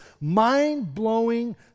mind-blowing